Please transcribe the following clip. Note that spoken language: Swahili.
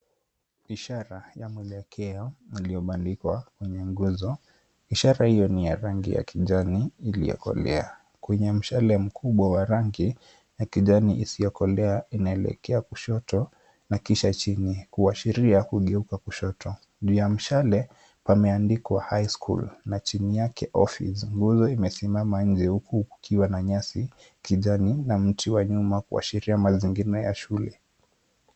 Ishara ya mwelekeo iliyobandikwa kwenye nguzo. Ishara hiyo ni ya rangi ya kijani iliyokolea, kwenye mshale mkubwa wa rangi ya kijani isiyokolea inaelekea kushoto na kisha chini, kuashiria kugeuka kushoto, juu ya mshale pameandikwa high school na chini yake office , nguzo imesimama nje huku kukiwa na nyasi kijani na mti wa nyuma kuashiria mazingira ya shule.